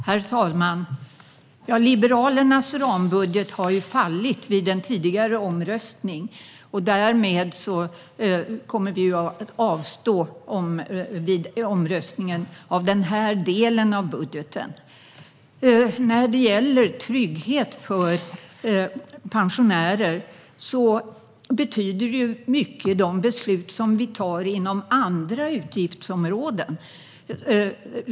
Herr talman! Liberalernas rambudget har ju fallit i en tidigare omröstning. Därmed kommer vi att avstå från att yrka i omröstningen om den här delen av budgeten. När det gäller trygghet för pensionärer betyder det mycket vad vi fattar för beslut inom andra utgiftsområden.